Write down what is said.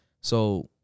So-